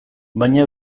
baina